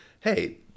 hey